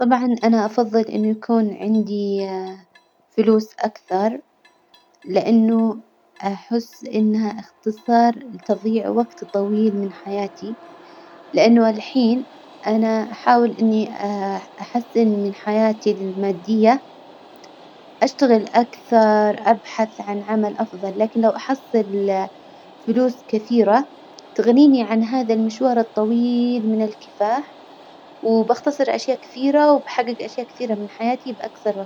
طبعا أنا أفظل إنه يكون عندي فلوس أكثر، لإنه أحس إنها إختصار لتظييع وجت طويل من حياتي، لإنه الحين أنا أحاول إني أحسن من حياتي المادية، أشتغل أكثر، أبحث عن عمل أفظل، لكن لو أحصل فلوس كثيرة تغنيني عن هذا المشوار الطويل من الكفاح، وبختصر أشياء كثيرة وبحجج أشياء كثيرة من حياتي بأجصر وجت.